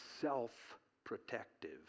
self-protective